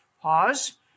pause